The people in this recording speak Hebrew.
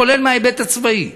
כולל מההיבט הצבאי.